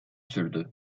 sürdü